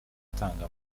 utanga